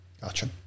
Gotcha